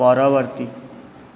ପରବର୍ତ୍ତୀ